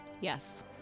Yes